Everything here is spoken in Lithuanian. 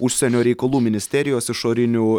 užsienio reikalų ministerijos išorinių